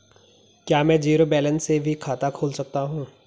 क्या में zero balance से भी खाता खोल सकता हूँ?